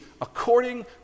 according